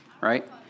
right